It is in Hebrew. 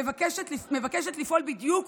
מבקשת לפעול בדיוק